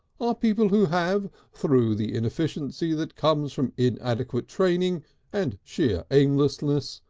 ah people who have, through the inefficiency that comes from inadequate training and sheer aimlessness,